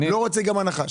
לא רוצה גם הנחה.